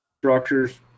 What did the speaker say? structures